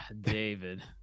David